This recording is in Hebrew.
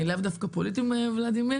לאו דווקא פוליטיים, ולדימיר